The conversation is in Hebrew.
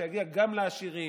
שיגיע גם לעשירים,